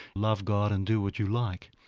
love god and do what you like,